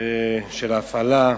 של הפעלה,